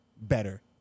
better